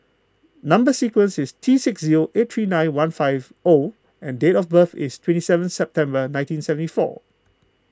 Number Sequence is T six zero eight three nine one five O and date of birth is twenty seven September nineteen seventy four